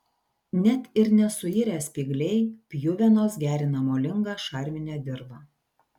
net ir nesuirę spygliai pjuvenos gerina molingą šarminę dirvą